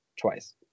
Twice